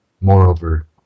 Moreover